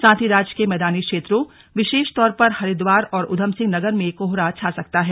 साथ ही राज्य के मैदानी क्षेत्रों विशेषतौर पर हरिद्वार और उधमसिंहनगर में कोहरा छा सकता है